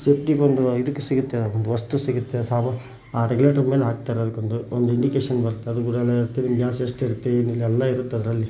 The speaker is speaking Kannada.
ಸೇಫ್ಟಿ ಬಂದು ಇದಕ್ಕೆ ಸಿಗುತ್ತೆ ಒಂದು ವಸ್ತು ಸಿಗುತ್ತೆ ಸಾಮಾನು ಆ ರೆಗ್ಯುಲೇಟರ್ ಮೇಲೆ ಹಾಕ್ತಾರೆ ಅದಕ್ಕೆ ಒಂದು ಇಂಡಿಕೇಷನ್ ಬರುತ್ತೆ ಅದು ಕೂಡ ಗ್ಯಾಸ್ ಎಷ್ಟು ಇರುತ್ತೆ ಏನು ಇಲ್ಲ ಎಲ್ಲ ಇರುತ್ತದರಲ್ಲಿ